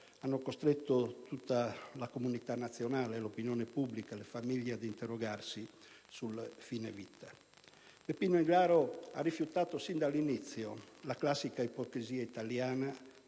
ha costretto tutta la comunità nazionale, l'opinione pubblica, le famiglie ad interrogarsi sul fine vita. Beppino Englaro ha rifiutato fin dall'inizio la classica ipocrisia italiana